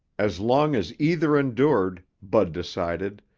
as long as either endured, bud decided,